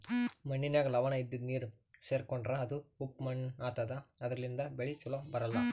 ಮಣ್ಣಿನಾಗ್ ಲವಣ ಇದ್ದಿದು ನೀರ್ ಸೇರ್ಕೊಂಡ್ರಾ ಅದು ಉಪ್ಪ್ ಮಣ್ಣಾತದಾ ಅದರ್ಲಿನ್ಡ್ ಬೆಳಿ ಛಲೋ ಬರ್ಲಾ